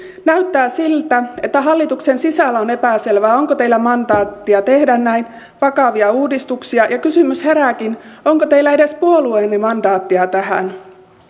näyttää siltä että hallituksen sisällä on epäselvää onko teillä mandaattia tehdä näin vakavia uudistuksia ja kysymys herääkin onko teillä edes puolueenne mandaattia tähän